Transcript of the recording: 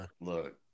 look